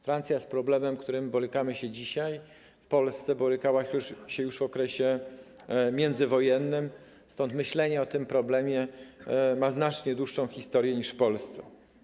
Francja z problemem, z którym borykamy się dzisiaj w Polsce, borykała się już w okresie międzywojennym, stąd myślenie na ten temat ma tam znacznie dłuższą historię niż w Polsce.